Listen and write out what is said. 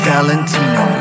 Valentino